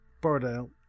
Borodale